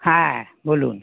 হ্যাঁ বলুন